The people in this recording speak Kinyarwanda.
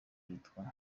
rwitwa